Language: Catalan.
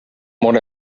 molt